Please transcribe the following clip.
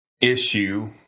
issue